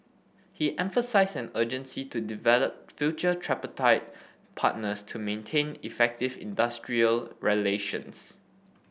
he emphasised an urgency to develop future tripartite partners to maintain effective industrial relations